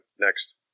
Next